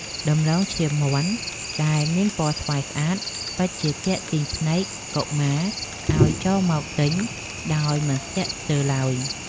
ដំឡូងឈាមមាន់ដែលមានពណ៌ស្វាយស្អាតពិតជាទាក់ទាញភ្នែកកុមារឱ្យចូលមកទិញដោយមិនស្ទាក់ស្ទើរឡើយ។